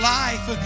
life